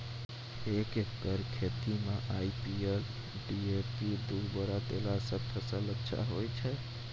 एक एकरऽ खेती मे आई.पी.एल डी.ए.पी दु बोरा देला से फ़सल अच्छा होय छै?